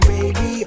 Baby